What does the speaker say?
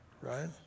right